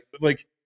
like-